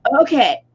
okay